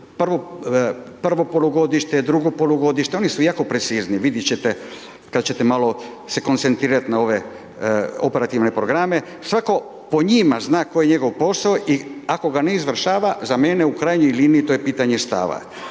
prvo polugodište, drugo polugodište, oni su jako precizni, vidjet ćete kad ćete malo se koncentrirati na ove operativne programe, svatko po njima zna koje je njegov posao i ako ga ne izvršava, za mene u krajnjoj liniji, to je pitanje stava.